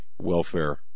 welfare